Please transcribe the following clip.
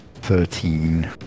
Thirteen